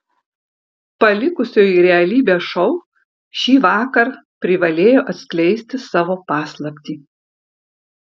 palikusioji realybės šou šįvakar privalėjo atskleisti savo paslaptį